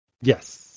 Yes